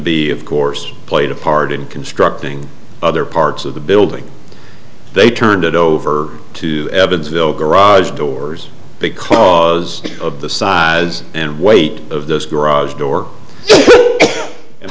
b of course played a part in constructing other parts of the building they turned it over to evansville garage doors because of the size and weight of the garage door and